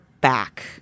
back